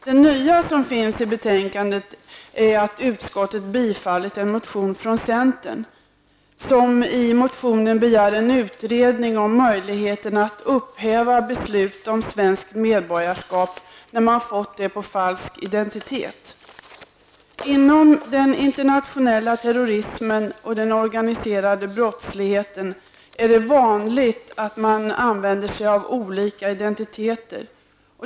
Det nya som finns i betänkandet är att utskottet tillstyrker en motion från centern, vari begärs en utredning av möjligheterna att upphäva beslut om svenskt medborgarskap när man fått det på falsk identitet. Inom den internationella terrorismen och den organiserade brottsligheten är det vanligt att man använder sig av olika identiteter.